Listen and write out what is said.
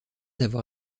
avoir